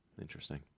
Interesting